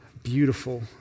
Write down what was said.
beautiful